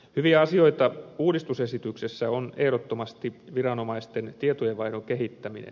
hyviä asioita uudistusesityksessä on ehdottomasti viranomaisten tietojenvaihdon kehittäminen